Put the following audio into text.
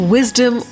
Wisdom